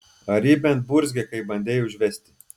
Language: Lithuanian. ar ji bent burzgė kai bandei užvesti